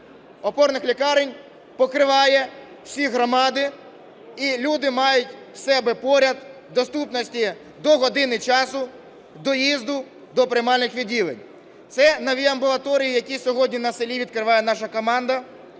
опорних лікарень покриває всі громади, і люди мають в себе поряд, в доступності до години часу доїзду до приймальних відділень. Це нові амбулаторії, які сьогодні на селі відкриває наша команда.